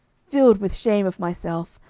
filled with shame of myself,